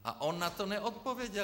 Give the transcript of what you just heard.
A on na to neodpověděl.